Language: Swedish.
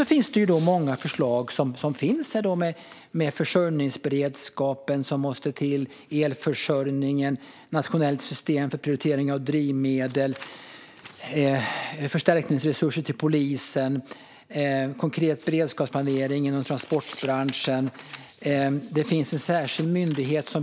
Det finns många förslag om försörjningsberedskapen som måste till, elförsörjningen, ett nationellt system för prioritering av drivmedel, förstärkningsresurser till polisen och konkret beredskapsplanering inom transportbranschen.